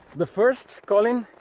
the first colin.